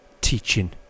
teaching